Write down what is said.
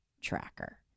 tracker